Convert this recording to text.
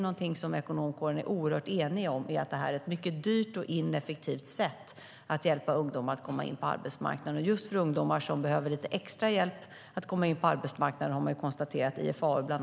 Ekonomkåren är nämligen oerhört enig om att det här är ett mycket dyrt och ineffektivt sätt att hjälpa ungdomar in på arbetsmarknaden. Bland annat IFAU har konstaterat att just för ungdomar som behöver lite extra hjälp att komma in på arbetsmarknaden har det inte haft någon effekt.